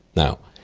now,